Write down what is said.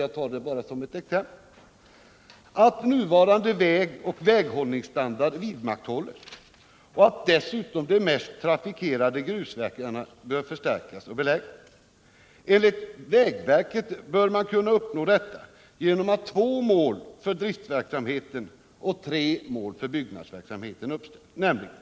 Jag tar det bara som ett exempel att nuvarande vägoch väghållningsstandarden vidmakthålls och att dessutom de mest trafikerade grusvägarna förstärks och beläggs. Enligt vägverket bör man kunna uppnå detta genom att två mål för driftverksamheten och tre mål för byggnadsverksamheten uppställs.